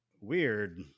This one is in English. weird